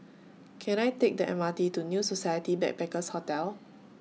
Can I Take The M R T to New Society Backpackers' Hotel